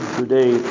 today